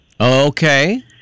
Okay